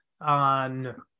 on